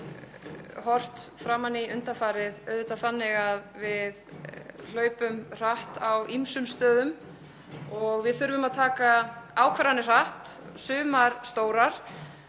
horft framan í undanfarið er það auðvitað þannig að við hlaupum hratt á ýmsum stöðum og við þurfum að taka ákvarðanir hratt, sumar stórar.